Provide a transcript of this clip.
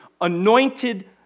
anointed